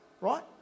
right